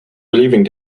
relieving